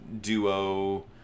duo